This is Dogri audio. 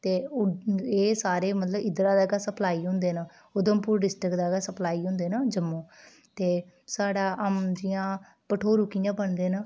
ते ओह् एह् सारे मतलब इद्धरा दा गै सप्लाई होंदे न उधमपुर डिस्ट्रिक्ट दा गै सप्लाई होंदे न जम्मू ते साढ़ा जियां भठोरू कि'यां बनदे न